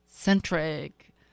centric